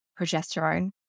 progesterone